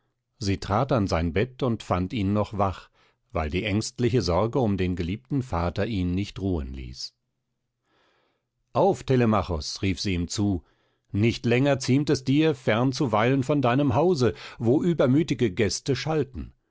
sie trat an sein bett und fand ihn bereits wach weil die ängstliche sorge um den geliebten vater ihn nicht ruhen ließ auf telemachos rief sie ihm zu nicht länger ziemt es dir fern zu weilen von deinem hause wo übermütige gäste schalten